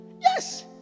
Yes